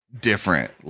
different